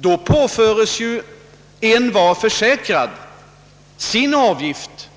Då påföres ju envar försäkrad sin avgift,